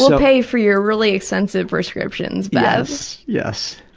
so pay for your really sensitive prescriptions, ma'am. yes, yes.